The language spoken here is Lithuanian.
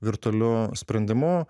virtualiu sprendimu